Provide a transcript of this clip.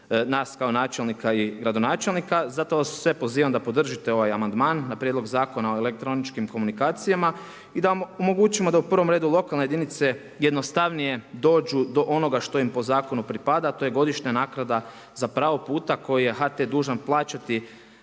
nas kao načelnika i gradonačelnika. Zato vas sve pozivam da podržite ovaj amandman na Prijedlog zakona o elektroničkim komunikacijama i da omogućimo da u prvom redu lokalne jedinice jednostavnije dođu do onoga što im po zakonu pripada, a to je godišnja naknada za pravo puta koji je HT dužan plaćati